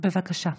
בבקשה.